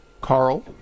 Carl